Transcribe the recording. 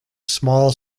small